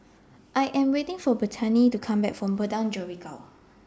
I Am waiting For Bethany to Come Back from Padang Jeringau